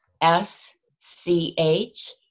S-C-H